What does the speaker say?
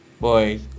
boy